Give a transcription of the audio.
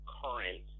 current